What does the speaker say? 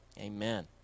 Amen